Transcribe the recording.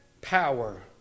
power